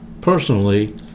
Personally